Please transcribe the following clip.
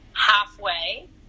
Halfway